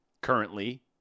currently